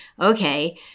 okay